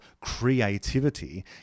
creativity